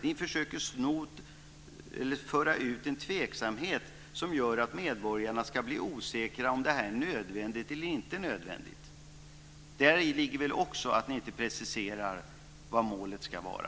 Ni försöker föra ut en tveksamhet som ska göra att medborgarna blir osäkra om det här är nödvändigt eller inte. Däri ligger väl också att ni inte preciserar vad målet ska vara.